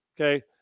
okay